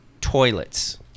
toilets